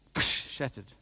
shattered